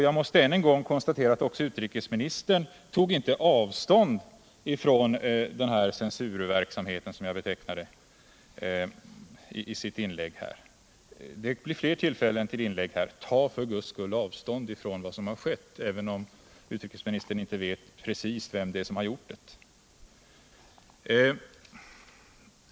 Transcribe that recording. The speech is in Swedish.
Jag måste än en gång konstatera att utrikesminstern i sitt inlägg här inte tog avstånd från censurverksamheten, såsom jag betecknade den. Men det blir fler tillfällen till inlägg, och ta då för allt i världen avstånd från vad som har skett, även om utrikesministern inte vet precis vem som har gjort ändringen!